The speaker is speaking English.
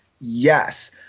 Yes